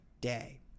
day